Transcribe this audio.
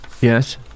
yes